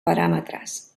paràmetres